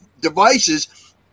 devices